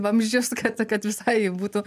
vamzdžius kad kad visai jų būtų